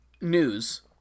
News